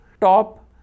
top